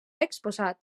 exposat